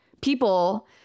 people